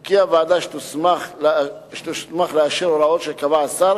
כי הוועדה שתוסמך לאשר הוראות שקבע השר